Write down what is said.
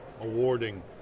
awarding